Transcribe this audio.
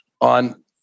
on